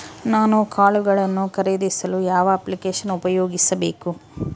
ನಾನು ಕಾಳುಗಳನ್ನು ಖರೇದಿಸಲು ಯಾವ ಅಪ್ಲಿಕೇಶನ್ ಉಪಯೋಗಿಸಬೇಕು?